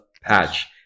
patch